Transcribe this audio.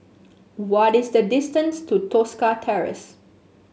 what is the distance to Tosca Terrace